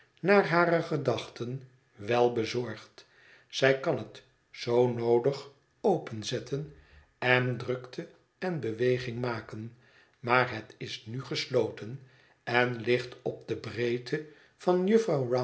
naar hare gedachten wel bezorgd zij kan het zoo noodig openzetten en drukte en beweging maken maar het is nu gesloten en ligt op de breedte van